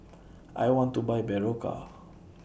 I want to Buy Berocca